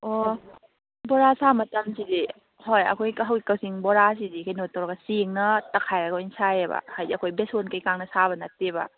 ꯑꯣ ꯕꯣꯔꯥ ꯁꯥꯕ ꯃꯇꯝꯁꯤꯗꯤ ꯍꯣꯏ ꯑꯩꯈꯣꯏ ꯍꯧꯖꯤꯛ ꯀꯛꯆꯤꯡ ꯕꯣꯔꯥꯁꯤꯗꯤ ꯀꯩꯅꯣ ꯇꯧꯔꯒ ꯆꯦꯡꯅ ꯇꯛꯈꯥꯏꯔꯒ ꯑꯣꯏꯅ ꯁꯥꯏꯌꯦꯕ ꯍꯥꯏꯗꯤ ꯑꯩꯈꯣꯏ ꯕꯦꯁꯣꯟ ꯀꯩꯀꯥꯅ ꯁꯥꯕ ꯅꯠꯇꯦꯕ